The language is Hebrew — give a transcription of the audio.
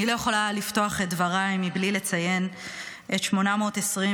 אני לא יכולה לפתוח את דבריי בלי לציין את 827